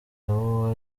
nabo